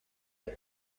the